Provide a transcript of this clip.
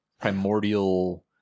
primordial